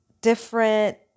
different